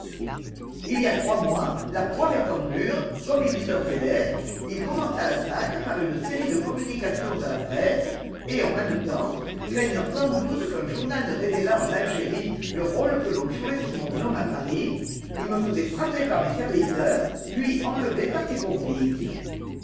il y a trois mois la poire étant mûre comme il dit dans ses lettres il commença l'attaque par une série de communications à la presse et en même temps craignant sans doute qu'un journal ne révélât en algérie le rôle que l'on jouait sous mon nom à paris il me faisait frapper par mes serviteurs puis enlever par ses complices